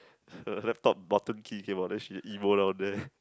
her laptop bottom key came out then she emo down there